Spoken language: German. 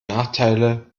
nachteile